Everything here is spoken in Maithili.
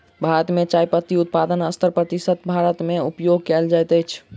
भारत मे चाय पत्ती उत्पादनक सत्तर प्रतिशत भारत मे उपयोग कयल जाइत अछि